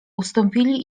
ustąpili